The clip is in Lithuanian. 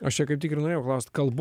aš čia kaip tik ir norėjau klaust kalbo